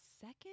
second